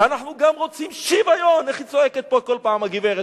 אנחנו גם רוצים "שיוָיון" איך היא צועקת פה כל פעם הגברת?